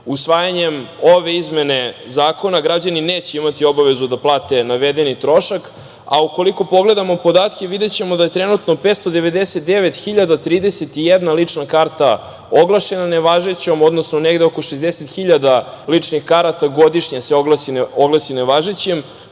Usvajanjem ove izmene zakona građani neće imati obavezu da plate navedeni trošak. Ukoliko pogledamo podatke videćemo da je trenutno 599.031 lična karta oglašena nevažećom, odnosno negde oko 60.000 ličnih karata godišnje se oglasi nevažećim.